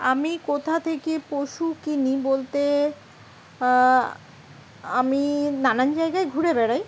আমি কোথা থেকে পশু কিনি বলতে আমি নানান জায়গায় ঘুরে বেড়াই